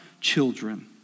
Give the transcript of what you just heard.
children